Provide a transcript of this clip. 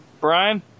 Brian